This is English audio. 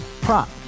Prop